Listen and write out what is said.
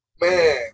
Man